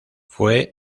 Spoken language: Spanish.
fue